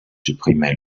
supprimez